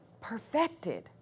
perfected